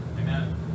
Amen